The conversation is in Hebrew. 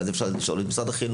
אז יהיה אפשר לשאול את משרד החינוך,